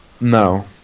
No